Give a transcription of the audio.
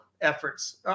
efforts